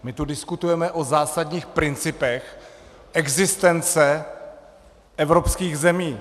My tu diskutujeme o zásadních principech existence evropských zemí.